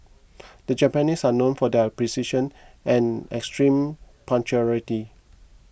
the Japanese are known for their precision and extreme punctuality